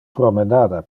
promenada